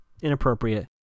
Inappropriate